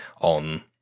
on